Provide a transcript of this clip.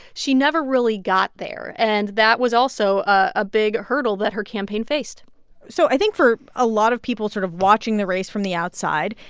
she never really got there, and that was also a big hurdle that her campaign faced so i think for a lot of people sort of watching the race from the outside,